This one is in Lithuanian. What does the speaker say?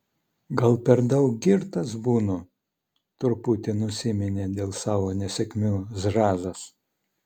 gal per daug girtas būnu truputi nusiminė dėl savo nesėkmių zrazas